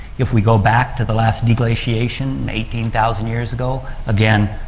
if we go back to the last deglaciation eighteen thousand years ago, again,